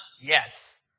Yes